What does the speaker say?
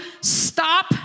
stop